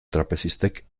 trapezistek